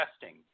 testing